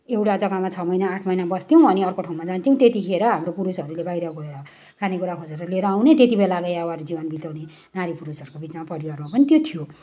एउटा जग्गामा छ महिना आठ महिना बस्थ्यौँ अनि अर्को ठाउँमा जान्थ्यौँ त्यत्तिखेर हाम्रो पुरुषहरूले बाहिर गएर खाने कुरा खोजेर लिएर आउने त्यत्तिबेला अब यायावर जीवन बिताउने नारी पुरुषहरूको बिचमा परिवारमा पनि त्यो थियो